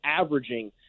averaging